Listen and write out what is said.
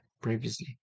previously